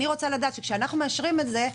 אני רוצה לדעת שכשאנחנו מאשרים את זה,